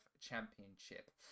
Championship